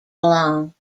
along